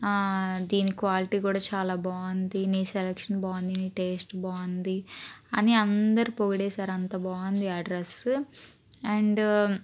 దీని క్వాలిటీ కూడా చాలా బాగుంది నీ సెలెక్షన్ బాగుంది టేస్ట్ బాగుంది అని అందరూ పొగిడేశారు అంత బాగుంది ఆ డ్రస్ అండ్